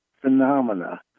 phenomena